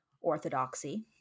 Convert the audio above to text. orthodoxy